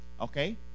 Okay